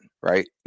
right